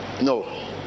no